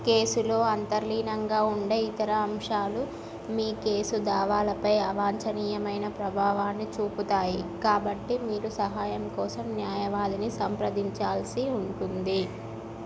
కేసులో అంతర్లీనంగా ఉండే ఇతర అంశాలు మీ కేసు దావాలపై అవాంఛనీయమైన ప్రభావాన్ని చూపుతాయి కాబట్టి మీరు సహాయం కోసం న్యాయవాదిని సంప్రదించాల్సి ఉంటుంది